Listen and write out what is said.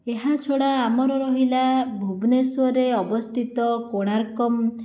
ଏହା ଛଡ଼ା ଆମର ରହିଲା ଭୁବନେଶ୍ଵରରେ ଅବସ୍ଥିତ କୋଣାର୍କ